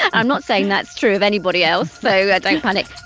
i'm not saying that's true of anybody else, so yeah don't panic.